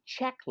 checklist